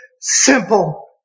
simple